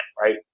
right